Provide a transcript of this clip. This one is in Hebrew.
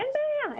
אין בעיה.